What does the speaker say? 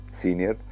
senior